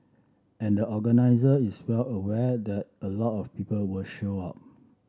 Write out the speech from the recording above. and the organiser is well aware that a lot of people will show up